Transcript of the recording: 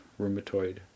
rheumatoid